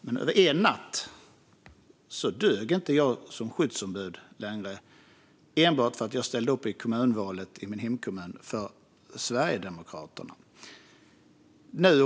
Men över en natt dög jag inte som skyddsombud längre, enbart för att jag ställde upp i kommunvalet för Sverigedemokraterna i min hemkommun.